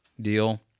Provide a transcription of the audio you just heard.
deal